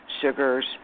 sugars